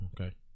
Okay